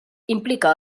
implica